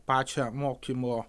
pačią mokymo